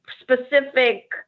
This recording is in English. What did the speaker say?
specific